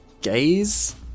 gaze